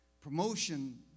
Promotion